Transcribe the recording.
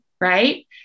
right